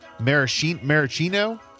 Maraschino